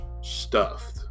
stuffed